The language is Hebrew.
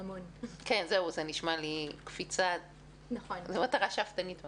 זה נשמע לי מטרה שאפתנית מאוד.